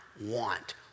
want